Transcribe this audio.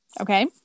Okay